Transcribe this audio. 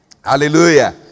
Hallelujah